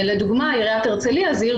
למשל הרצליה היא עיר